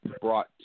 brought